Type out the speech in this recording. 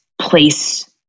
place